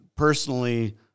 Personally